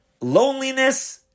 loneliness